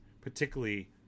particularly